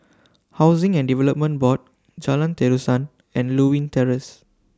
Housing and Development Board Jalan Terusan and Lewin Terrace